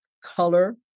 color